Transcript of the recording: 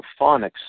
Phonics